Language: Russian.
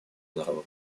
народа